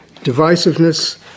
divisiveness